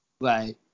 Right